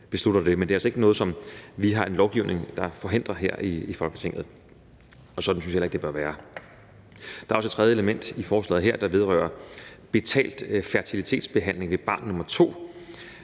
beslutter det. Men det er altså ikke noget, som vi har en lovgivning der forhindrer her i Folketinget, og sådan synes jeg heller ikke det bør være. Kl. 13:02 Der er også et tredje element i forslaget her, der vedrører betalt fertilitetsbehandling ved barn nr.